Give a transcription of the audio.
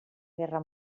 guerra